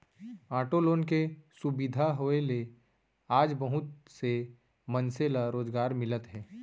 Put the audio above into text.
auto loan के सुबिधा होए ले आज बहुत से मनसे ल रोजगार मिलत हे